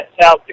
south